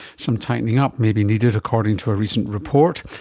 some tightening up may be needed, according to a recent report.